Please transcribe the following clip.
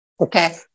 okay